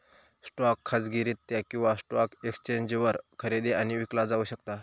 stock खाजगीरित्या किंवा stock एक्सचेंजवर खरेदी आणि विकला जाऊ शकता